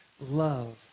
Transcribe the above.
love